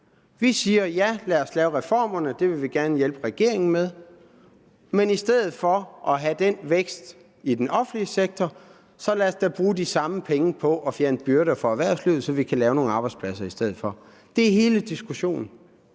Vi siger: Ja, lad os lave reformerne, det vil vi gerne hjælpe regeringen med, men i stedet for at have en vækst i den offentlige sektor så lad os da bruge de samme penge på at fjerne byrder fra erhvervslivet, så vi kan lave nogle arbejdspladser i stedet for. Det drejer hele diskussionen